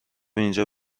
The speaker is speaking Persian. اینجا